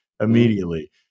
Immediately